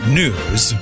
news